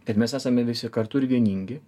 kad mes esame visi kartu ir vieningi